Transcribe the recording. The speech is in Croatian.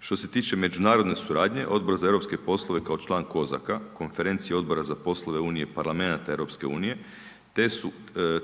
Što se tiče međunarodne suradnje Odbor za eu poslove kao član COSAC-a, Konferencije odbora za poslove Unije parlamenata EU